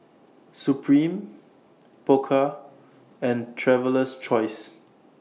Supreme Pokka and Traveler's Choice